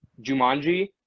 jumanji